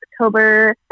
October